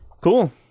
Cool